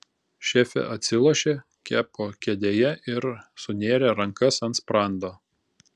šefė atsilošė kepo kėdėje ir sunėrė rankas ant sprando